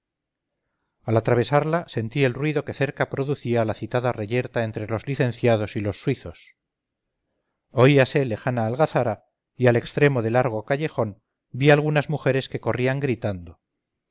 al atravesarla sentí el ruido que cerca producía la citada reyerta entre los licenciados y los suizos oíase lejana algazara y al extremo de largo callejón vi algunas mujeres que corrían gritando